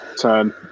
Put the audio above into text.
turn